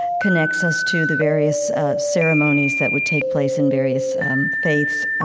connects us to the various ceremonies that would take place in various faiths,